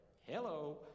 Hello